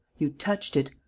you touched it!